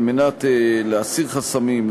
על מנת להסיר חסמים,